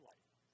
life